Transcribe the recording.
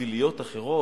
אוויליות אחרות,